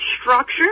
structure